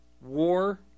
war